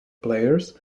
players